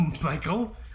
Michael